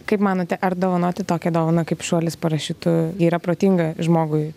kaip manote ar dovanoti tokią dovaną kaip šuolis parašiutu yra protinga žmogui